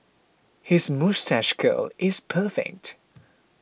his moustache curl is perfect